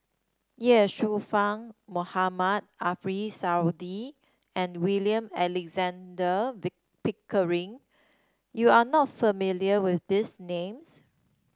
Ye Shufang Mohamed Ariff Suradi and William Alexander Pickering you are not familiar with these names